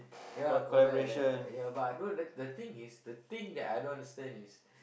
ya collect ya but I don't the thing is the thing that I don't understand is